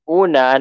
una